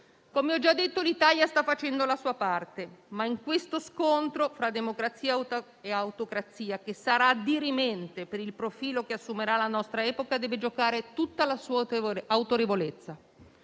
Come ho già detto l'Italia sta facendo la sua parte, ma in questo scontro fra democrazia e autocrazia, che sarà dirimente per il profilo che assumerà la nostra epoca, deve giocare tutta la sua autorevolezza.